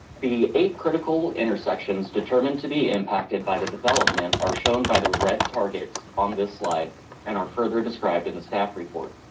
the eight critical intersections determined to be impacted by the development are shown by the red targets on this slide and are further described in the staff report.